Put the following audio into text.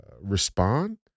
respond